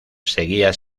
seguía